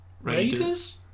Raiders